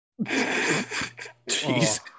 Jeez